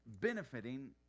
benefiting